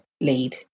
lead